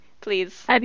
please